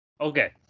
Okay